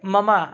मम